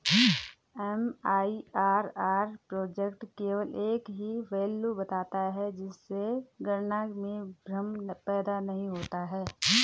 MIRR project केवल एक ही वैल्यू बताता है जिससे गणना में भ्रम पैदा नहीं होता है